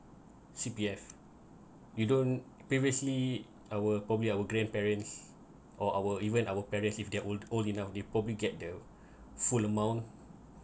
C_P_F you don't previously our probably our grandparents or our even our parents if their old old enough they probably get the full amount